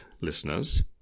listeners